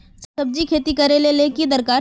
सब्जी खेती करले ले की दरकार?